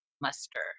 muster